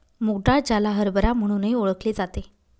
मूग डाळ, ज्याला हरभरा म्हणूनही ओळखले जाते